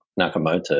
Nakamoto